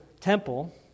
temple